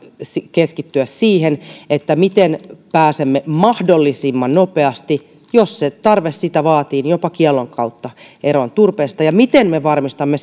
keskittyä siihen miten pääsemme mahdollisimman nopeasti jos se tarve sitä vaatii jopa kiellon kautta eroon turpeesta ja miten me varmistamme